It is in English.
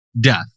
death